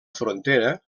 frontera